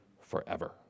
forever